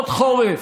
עוד חורף,